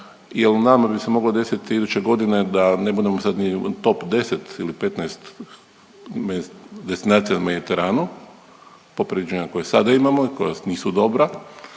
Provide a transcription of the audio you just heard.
jer nama bi se moglo desiti iduće godine da ne budemo sad ni u top 10 ili 15 destinacija na Mediteranu po pričama koje sada imamo i koja nisu dobra